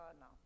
now